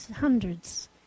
hundreds